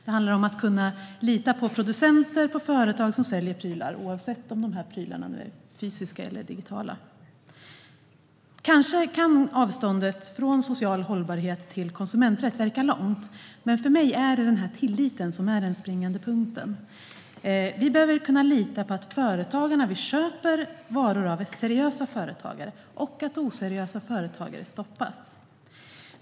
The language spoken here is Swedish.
Det handlar om att lita på producenter och på företag som säljer prylar, oavsett om prylarna är fysiska eller digitala. Kanske kan avståndet från social hållbarhet till konsumenträtt verka långt, men för mig är det just tilliten som är den springande punkten. Vi som konsumenter behöver kunna lita på att de företagare som vi köper varor av är seriösa företagare och att oseriösa företagare stoppas.